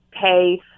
pay